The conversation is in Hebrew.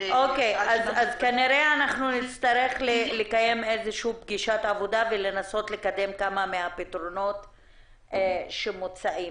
כנראה נצטרך לקיים פגישת עבודה ולנסות לקדם כמה מהפתרונות שמוצעים.